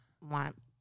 want